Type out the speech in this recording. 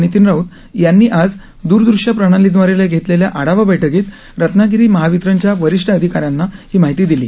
नितीन राऊत यांनी आज दुरदृष्य प्रणालीदवारे घेतलेल्या आढावा बैठकीत रत्नागिरी महावितरणच्या वरिष्ठ अधिकाऱ्यांनी ही माहिती दिली